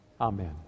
Amen